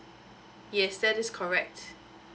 yes that is correct